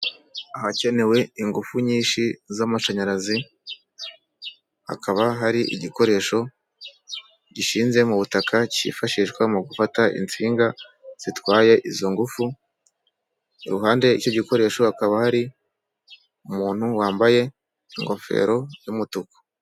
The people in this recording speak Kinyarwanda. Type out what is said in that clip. Ahakenewe ingufu nyinshi z'amashanyarazi hakaba hari igikoresho gishinze mu butaka, cyifashishwa mu gufata insinga zitwaye izo ngufu, iruhande y'icyo gikoresho hakaba hari umuntu wambaye ingofero y'umutuku.